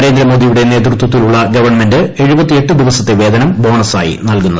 നരേന്ദ്രമോദിയുടെ നേതൃത്വത്തിലുള്ള ഗ്ദ്ധണ്മെന്റ് ദിവസത്തെ വേതനം ബോണസായി നല്കുന്നത്